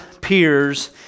peers